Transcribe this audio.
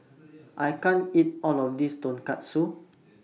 I can't eat All of This Tonkatsu